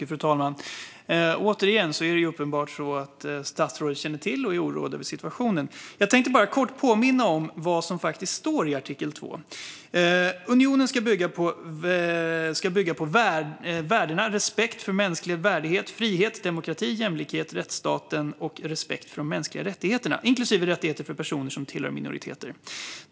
Fru talman! Återigen är det uppenbart så att statsrådet känner till och är oroad över situationen. Jag tänkte bara kort påminna om vad som faktiskt står i artikel 2. "Unionen ska bygga på värdena respekt för människans värdighet, frihet, demokrati, jämlikhet, rättsstaten och respekt för de mänskliga rättigheterna, inklusive rättigheter för personer som tillhör minoriteter.